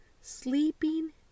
sleeping